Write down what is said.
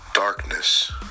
darkness